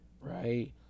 right